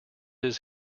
his